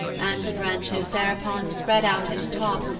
and the branches thereupon spread out at top,